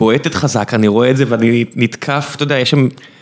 בועטת חזק, אני רואה את זה ואני נתקף, אתה יודע, יש שם...